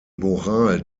moral